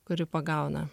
kuri pagauna